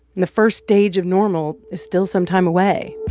the first stage of normal is still some time away.